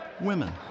women